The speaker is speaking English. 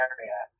Area